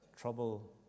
Trouble